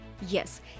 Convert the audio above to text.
Yes